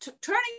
turning